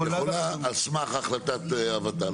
על סמך החלטת הות"ל,